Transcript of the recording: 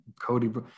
Cody